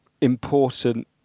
important